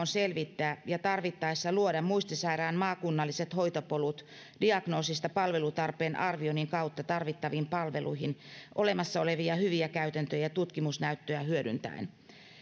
on selvittää ja tarvittaessa luoda muistisairaan maakunnalliset hoitopolut diagnoosista palvelutarpeen arvioinnin kautta tarvittaviin palveluihin olemassa olevia hyviä käytäntöjä ja tutkimusnäyttöä hyödyntäen